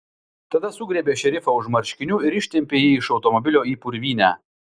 tada sugriebė šerifą už marškinių ir ištempė jį iš automobilio į purvynę